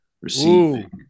receiving